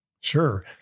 Sure